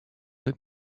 but